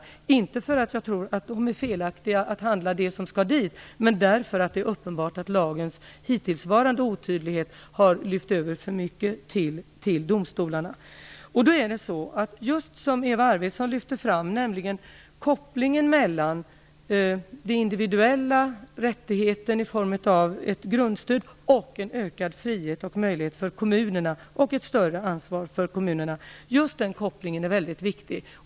Jag menar inte att det är felaktigt att de handlägger det som skall föras dit, men det är uppenbart att lagens hittillsvarande otydlighet har medfört att för mycket har lyfts över till domstolarna. Det som Eva Arvidsson lyfte fram om kopplingen mellan de individuella rättigheterna i form av ett grundstöd och en ökad frihet och ett ökat ansvar för kommunerna är mycket viktigt.